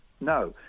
No